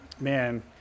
Man